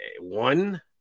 One